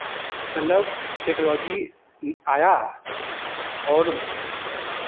मतलब टेक्नोलॉजी आया और